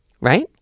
Right